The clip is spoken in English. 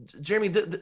Jeremy